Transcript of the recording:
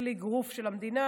וכלי אגרוף של המדינה,